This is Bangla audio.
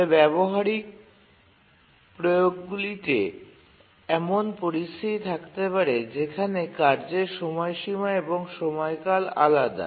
তবে ব্যবহারিক প্রয়োগগুলিতে এমন পরিস্থিতি থাকতে পারে যেখানে কার্যের সময়সীমা এবং সময়কাল আলাদা